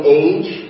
age